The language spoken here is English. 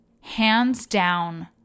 hands-down